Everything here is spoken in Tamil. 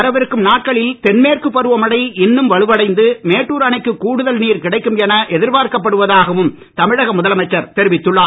வரவிருக்கும் நாட்களில் தென்மேற்கு பருவமழை இன்னும் வலுவடைந்து மேட்டேர் அணக்கு கூடுதல் கிடைக்கும் என எதிர்பார்க்கப்படுவதாகவும் தமிழக முதலமைச்சர் தெரிவித்துள்ளார்